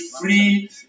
free